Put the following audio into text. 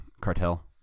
cartel